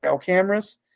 cameras